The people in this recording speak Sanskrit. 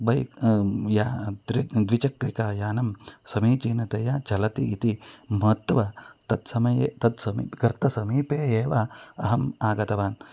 बैक् यः त्रि द्विचक्रिकायानं समीचीनतया चलति इति मत्वा तत्समये तत् समि गर्तसमीपे एव अहम् आगतवान्